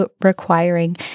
requiring